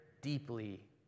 deeply